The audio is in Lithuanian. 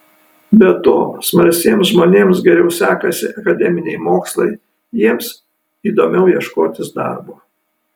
be to smalsiems žmonėms geriau sekasi akademiniai mokslai jiems įdomu ieškotis darbo